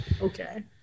Okay